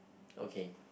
okay